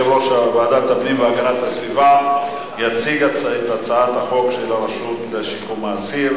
הוא יציג את הצעת חוק הרשות לשיקום האסיר